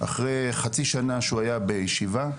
אחרי חצי שנה שהוא היה בישיבה,